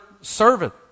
servant